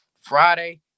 Friday